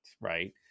right